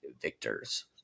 victors